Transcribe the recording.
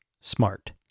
smart